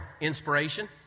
inspiration